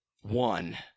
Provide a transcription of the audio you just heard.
one